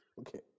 Okay